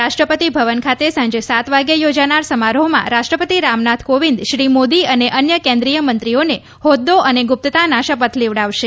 રાષ્ટ્રપતિ ભવન ખાતે સાંજે સાત વાગ્યે યોજાનાર સમારોહમાં રાષ્ટ્રપતિ રામનાથ કોવિંદ શ્રી મોદી અને અન્ય કેન્દ્રિય મંત્રીઓને હોદ્દા અને ગુપ્તતાના શપથ લેવડાવશે